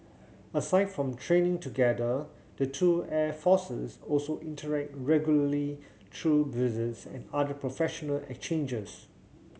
aside from training together the two air forces also interact regularly through visits and other professional exchanges